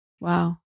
Wow